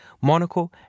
Monaco